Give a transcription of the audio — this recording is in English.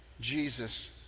Jesus